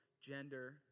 gender